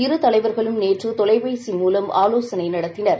இரு தலைவர்களும் நேற்று தொலைபேசி மூலம் ஆலோசனை நடத்தினர்